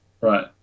Right